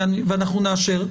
ואנחנו נאשר.